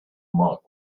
mark